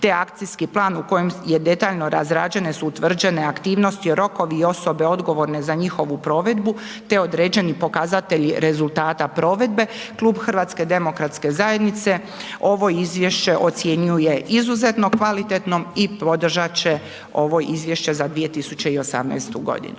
te akcijski plan u kojoj detaljno razrađene su utvrđene aktivnosti, rokovi i osobe odgovorne za njihovu provedbu, te određeni pokazatelji rezultata provedbe, Klub HDZ-a, ovo izvješće ocjenjuje izuzetno kvalitetno i održati će ovo izvješće za 2018. g.